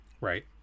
Right